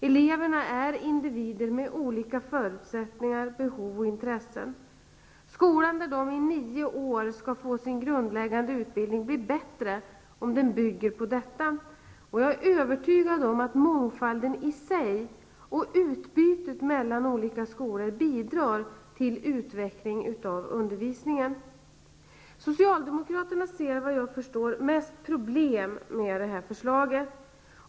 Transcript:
Eleverna är individer med olika förutsättningar, behov och intressen. Skolan där de i nio år skall få sin grundläggande utbildning blir bättre om den bygger på detta. Jag är övertygad om att mångfalden i sig och utbytet mellan olika skolor bidrar till utveckling av undervisningen. Socialdemokraterna ser enligt vad jag förstår mest problem med det här förslaget.